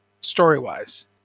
story-wise